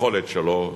היכולת שלו מוכחת.